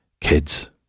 Kids